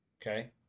Okay